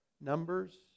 Numbers